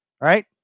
Right